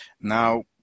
Now